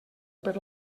per